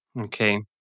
Okay